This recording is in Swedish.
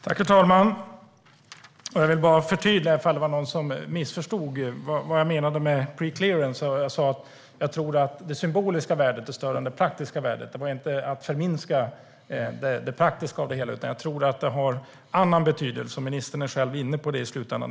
Herr talman! Jag vill bara förtydliga om det var någon som missförstod vad jag menade med preclearance. Jag sa att jag tror att det symboliska värdet är större än det praktiska värdet. Det handlade inte om att förminska det praktiska med det hela, utan jag tror att det har en annan betydelse. Ministern var själv inne på det i slutändan.